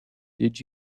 did